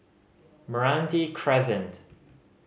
Meranti Crescent